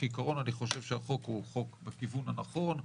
כעיקרון אני חושב שהחוק הוא בכיוון הנכון.